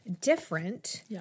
different